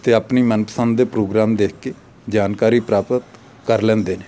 ਅਤੇ ਆਪਣੀ ਮਨਪਸੰਦ ਦੇ ਪ੍ਰੋਗਰਾਮ ਦੇਖ ਕੇ ਜਾਣਕਾਰੀ ਪ੍ਰਾਪਤ ਕਰ ਲੈਂਦੇ ਨੇ